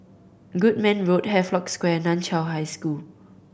Goodman Road Havelock Square and Nan Chiau High School